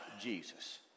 Jesus